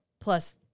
plus